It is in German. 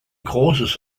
großes